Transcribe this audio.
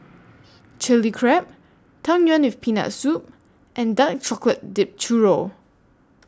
Chili Crab Tang Yuen with Peanut Soup and Dark Chocolate Dipped Churro